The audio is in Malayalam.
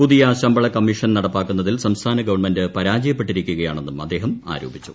പുതിയ ശമ്പള കമ്മീഷൻ നടപ്പാക്കുന്നതിൽ സംസ്ഥാന ഗവൺമെന്റ് പരാജയപ്പെട്ടിരിക്കുകയാണെന്നും അദ്ദേഹം ആരോപിച്ചു